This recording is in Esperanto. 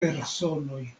personoj